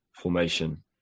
formation